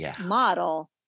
model